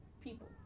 people